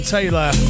Taylor